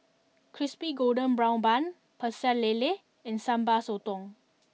Crispy Golden Brown Bun Pecel Lele and Sambal Sotong